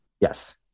Yes